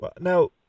Now